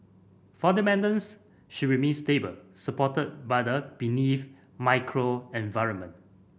fundamentals should remain stable supported by the macro environment